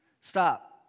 Stop